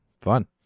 Fun